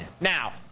Now